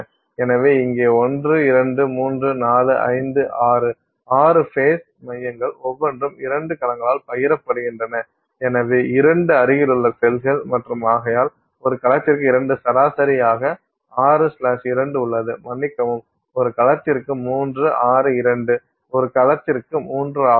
எனவே இங்கே 1 2 3 4 5 6 6 ஃபேஸ் மையங்கள் ஒவ்வொன்றும் 2 கலங்களால் பகிரப்படுகின்றன எனவே 2 அருகிலுள்ள செல்கள் மற்றும் ஆகையால் ஒரு கலத்திற்கு 2 சராசரியாக 62 உள்ளது மன்னிக்கவும் ஒரு கலத்திற்கு 362 ஒரு கலத்திற்கு 3 ஆகும்